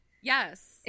Yes